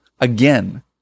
again